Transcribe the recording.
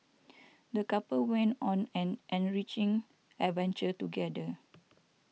the couple went on an enriching adventure together